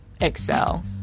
excel